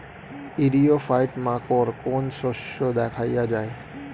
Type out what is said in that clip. ইরিও ফাইট মাকোর কোন শস্য দেখাইয়া যায়?